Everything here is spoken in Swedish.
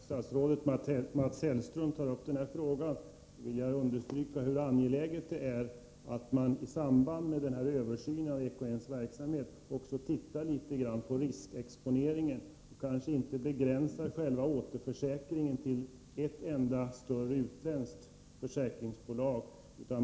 Herr talman! När statsrådet Mats Hellström tar upp denna fråga vill jag understryka hur angeläget det är att man i samband med denna översyn av EKN:s verksamhet också tittar litet grand på riskexponeringen och kanske inte begränsar själva återförsäkringen till ett enda större utländskt försäkringsbolag.